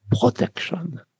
protection